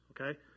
okay